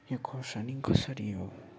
यो खोर्सानी कसरी हो